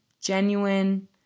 genuine